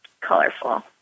colorful